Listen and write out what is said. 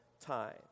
time